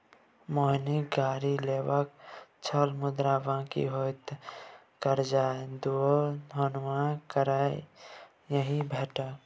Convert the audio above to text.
मोहनकेँ गाड़ी लेबाक छल मुदा बकिऔता करजाक दुआरे हुनका करजा नहि भेटल